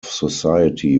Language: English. society